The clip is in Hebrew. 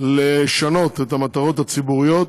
לשנות את המטרות הציבוריות,